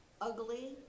ugly